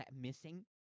missing